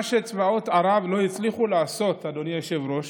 מה שצבאות ערב לא הצליחו לעשות, אדוני היושב-ראש,